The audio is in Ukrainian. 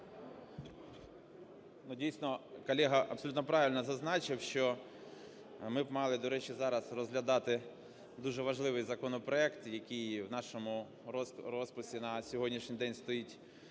Дійсно, колега абсолютно правильно зазначив, що ми б мали, до речі, зараз розглядати дуже важливий законопроект, який в нашому розписі на сьогоднішній день стоїть